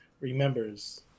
remembers